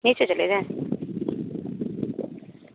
नीचे चले जाएँ